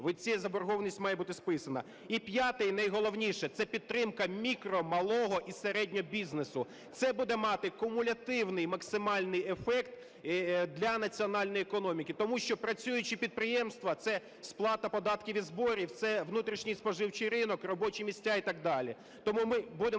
ця заборгованість має бути списана. І п'яте, і найголовніше. Це підтримка мікро, малого і середнього бізнесу. Це буде мати кумулятивний максимальний ефект для національної економіки, тому що працюючі підприємства – це сплата податків і зборів, це внутрішній споживчий ринок, робочі місця і так далі. Тому ми будемо